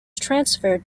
transferred